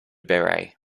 beret